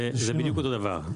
זה בדיוק אותו דבר.